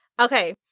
Okay